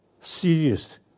serious